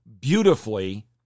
beautifully